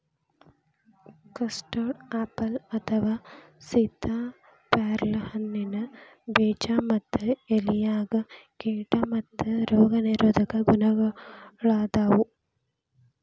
custard apple ಅಥವಾ ಸೇತಾಪ್ಯಾರಲ ಹಣ್ಣಿನ ಬೇಜ ಮತ್ತ ಎಲೆಯಾಗ ಕೇಟಾ ಮತ್ತ ರೋಗ ನಿರೋಧಕ ಗುಣಗಳಾದಾವು